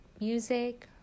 Music